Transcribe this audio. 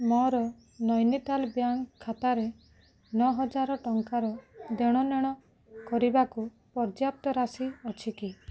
ମୋର ନୈନିତାଲ ବ୍ୟାଙ୍କ୍ ଖାତାରେ ନଅ ହଜାର ଟଙ୍କାର ଦେଣନେଣ କରିବାକୁ ପର୍ଯ୍ୟାପ୍ତ ରାଶି ଅଛି କି